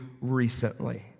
recently